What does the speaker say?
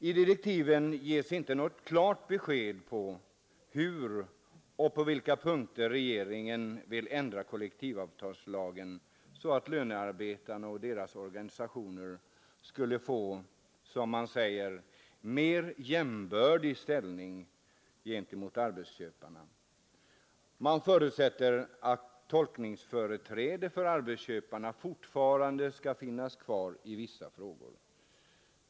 I direktiven ges inte något klart besked om hur och på vilka punkter regeringen vill ändra kollektivavtalslagen så att lönearbetarna och deras organisationer skulle få, som man säger, mer jämbördig ställning mot arbetsköparna. Man förutsätter att tolkningsföreträde för arbetsköparna fortfarande skall finnas kvar i vissa frågor.